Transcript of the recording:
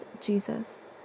Jesus